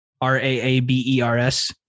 R-A-A-B-E-R-S